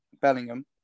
Bellingham